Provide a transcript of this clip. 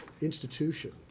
institution